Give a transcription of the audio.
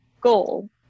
goal